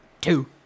Two